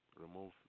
remove